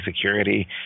security